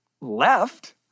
left